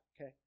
okay